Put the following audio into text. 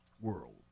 world